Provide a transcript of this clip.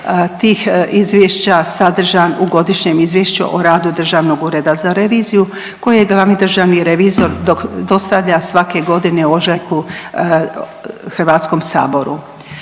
tih izvješća sadržan u godišnjem izvješću o radu Državnog ureda za reviziju koji je glavni državni revizor dostavlja svake godine u ožujku HS-u.